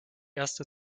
erste